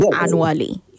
annually